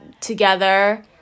together